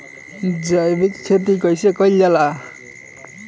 जैविक खेती कईसे कईल जाला?